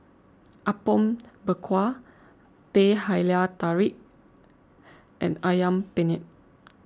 Apom Berkuah Teh Halia Tarik and Ayam Penyet